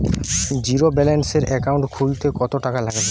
জিরোব্যেলেন্সের একাউন্ট খুলতে কত টাকা লাগবে?